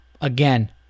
again